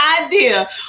idea